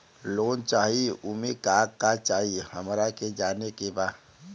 Loan चाही उमे का का चाही हमरा के जाने के बा?